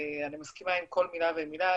אני מסכימה עם כל מילה ומילה,